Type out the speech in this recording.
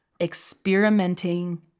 experimenting